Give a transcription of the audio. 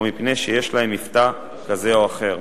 או מפני שיש להם מבטא כזה או אחר.